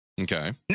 Okay